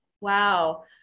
Wow